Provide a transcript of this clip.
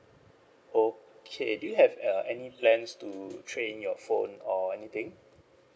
okay do you have uh any plans to trade in your phone or anything